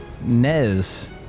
Nez